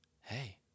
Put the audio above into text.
hey